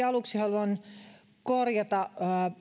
aluksi haluan korjata